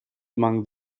among